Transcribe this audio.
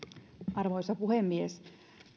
arvoisa puhemies